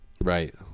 Right